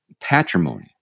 patrimony